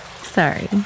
Sorry